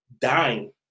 dying